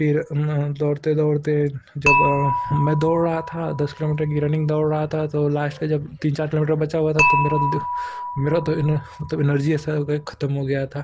फिर दौड़ते दौड़ते जब मैं दौड़ रहा था दस किलोमीटर की रनिन्ग दौड़ रहा था तो लास्ट का जब तीन चार किलोमीटर बचा हुआ था तब मेरी तो मेरी तो मतलब एनर्ज़ी ऐसी हो गई कि खत्म हो गई थी